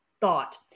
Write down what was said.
thought